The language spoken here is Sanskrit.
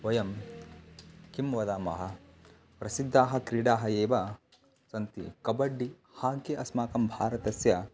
वयं किं वदामःप्रसिद्धाः क्रीडाः एव सन्ति कब्बड्डि हाकि अस्माकं भारतस्य